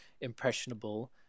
impressionable